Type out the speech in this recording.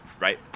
right